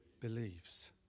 believes